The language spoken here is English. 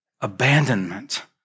abandonment